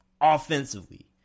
offensively